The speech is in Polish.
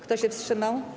Kto się wstrzymał?